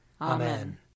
Amen